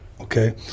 Okay